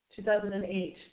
2008